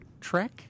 Trek